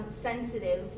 sensitive